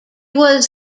was